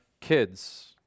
kids